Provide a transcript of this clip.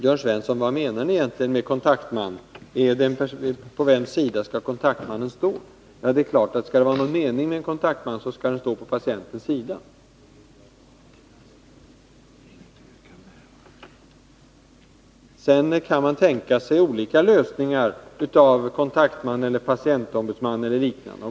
Jörn Svensson frågar: Vad menar ni egentligen med kontaktman? På vems sida skall kontaktmannen stå? Skall det vara någon mening med en kontaktman skall denne givetvis stå på patientens sida. Sedan kan man tänka sig olika lösningar i form av kontaktman, patientombudsman eller liknande.